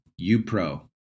UPRO